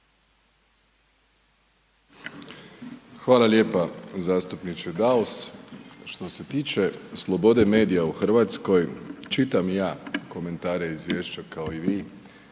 Hvala lijepa zastupniče Daus. Što se tiče slobode medija u RH, čitam i ja komentare i izvješća kao i vi,